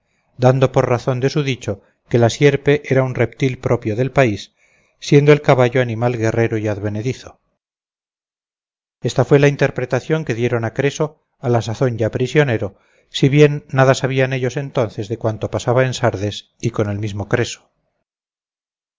dando por razón de su dicho que la sierpe era un reptil propio del país siendo el caballo animal guerrero y advenedizo esta fue la interpretación que dieron a creso a la sazón ya prisionero si bien nada sabían ellos entonces de cuanto pasaba en sardes y con el mismo creso